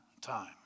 time